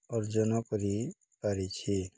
ଅର୍ଜନ କରିପାରିଛି